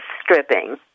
stripping